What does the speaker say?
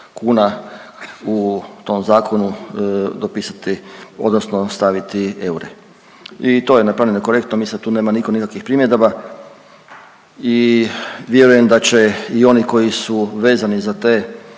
kuna u tom zakonu dopisati, odnosno staviti eure. I to je napravljeno korektno. Tu nema nitko nikakvih primjedaba i vjerujem da će i oni koji su vezani za te